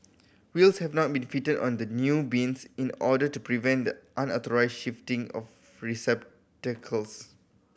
wheels have not been fitted on the new bins in order to prevent the unauthorised shifting of receptacles